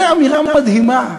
זאת אמירה מדהימה,